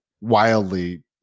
wildly